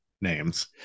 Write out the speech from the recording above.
names